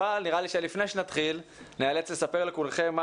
אבל נראה לי שלפני שנתחיל ניאלץ לספר לכולכם מה